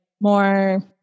more